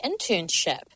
Internship